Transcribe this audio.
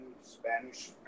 Spanish